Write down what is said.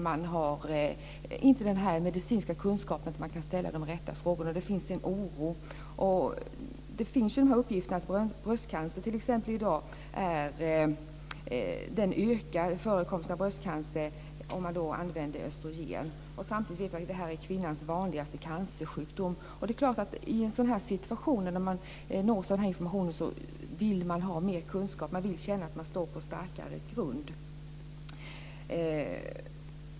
Man har inte den medicinska kunskap som behövs för att kunna ställa de rätta frågorna. Det finns en oro. Det finns ju uppgifter om att t.ex. förekomsten av bröstcancer ökar om man använder östrogen. Samtidigt är det här kvinnans vanligaste cancersjukdom. I en sådan situation, när man nås av den här informationen, vill man ha mer kunskap. Man vill känna att man står på starkare grund.